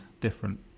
different